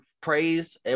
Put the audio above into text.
praise